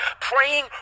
praying